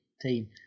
team